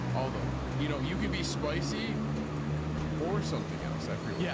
although you know you can be spicy or something else i forget. yeah